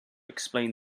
explain